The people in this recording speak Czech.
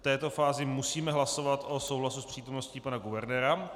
V této fázi musíme hlasovat o souhlasu s přítomností pana guvernéra.